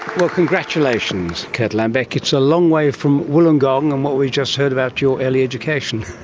well congratulations kurt lambeck, it's a long way from wollongong and what we just heard about your early education.